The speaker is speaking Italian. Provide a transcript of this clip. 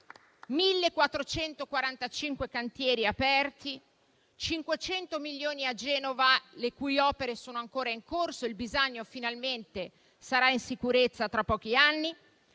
1.445 cantieri aperti, 500 milioni a Genova (dove le opere sono ancora in corso, per cui il Bisagno finalmente sarà in sicurezza tra pochi anni),